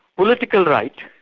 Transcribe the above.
political right,